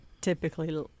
typically